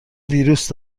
ویروس